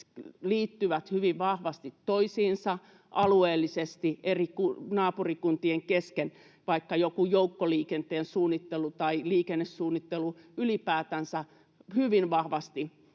liittyvät hyvin vahvasti toisiinsa alueellisesti eri naapurikuntien kesken. Vaikkapa joku joukkoliikenteen suunnittelu tai liikennesuunnittelu ylipäätänsä hyvin vahvasti